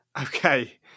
Okay